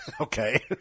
Okay